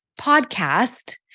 podcast